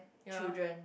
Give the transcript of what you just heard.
ya